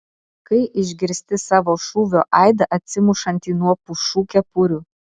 kai išgirsti savo šūvio aidą atsimušantį nuo pušų kepurių